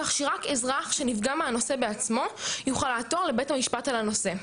כך שרק אזרח שנפגע מהנושא בעצמו יוכל לעתור לבית המשפט על הנושא.